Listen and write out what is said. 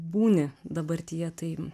būni dabartyje tai